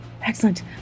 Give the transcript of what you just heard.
Excellent